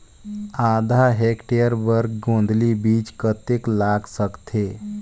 आधा हेक्टेयर बर गोंदली बीच कतेक लाग सकथे?